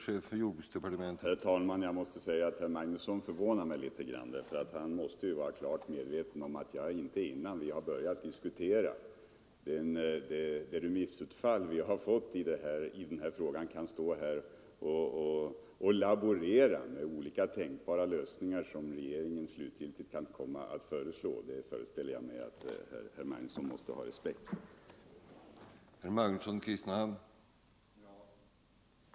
Herr talman! Jag måste säga att herr Magnusson förvånar mig — han måste ju vara klart medveten om att jag inte, innan vi ens har börjat diskutera remissutfallet i den här frågan, kan stå här och laborera med olika tänkbara lösningar som regeringen slutgiltigt kan komma att besluta. Jag föreställer mig att herr Magnusson har respekt för detta.